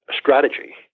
strategy